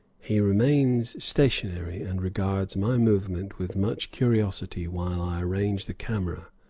he remains stationary, and regards my movements with much curiosity while i arrange the camera.